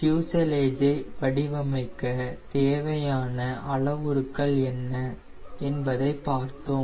ஃப்யூசலேஜை வடிவமைக்க தேவையான அளவுருக்கள் என்ன என்பதை பார்த்தோம்